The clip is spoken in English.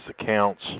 accounts